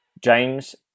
James